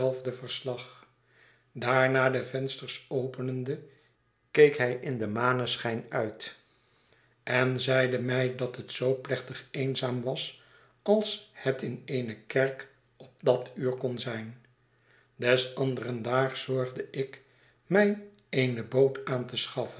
verslag daarna de vensters openende keek hij in den maneschijn uit en zeide mij dat het zoo plechtig eenzaam was als het in eene kerk op dat uur kon zijn des anderen daags zorgde ik mij eene boot aan te